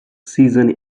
season